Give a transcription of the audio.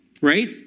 right